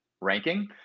ranking